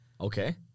Okay